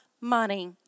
money